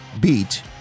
beat